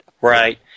right